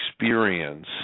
experience